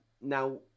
now